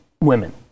women